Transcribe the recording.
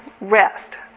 rest